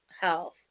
health